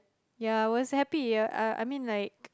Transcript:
ya I was happy I I mean like